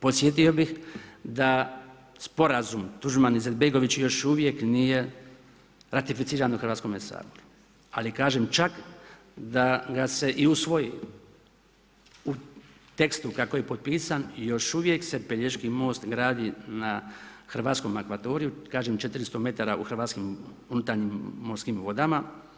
Podsjetio bi da sporazum Tuđman Izetbegović još uvijek nije ratificiran u Hrvatskome saboru, ali kažem, čak, da ga se i usvoji tekstu kako je potpisan, još uvijek se Pelješki most gradi na hrvatskom akvariju, kažem 400 m u hrvatskim unutarnjim morskim vodama.